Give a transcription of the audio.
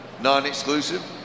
non-exclusive